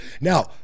Now